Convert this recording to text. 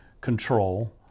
control